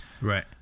Right